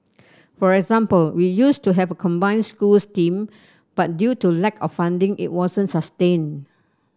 for example we used to have a combined schools team but due to lack of funding it wasn't sustained